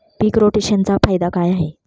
पीक रोटेशनचा फायदा काय आहे?